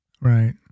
Right